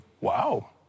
wow